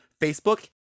Facebook